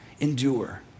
endure